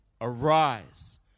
Arise